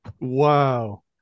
Wow